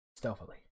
stealthily